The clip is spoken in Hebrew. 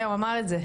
כן, הוא אמר את זה.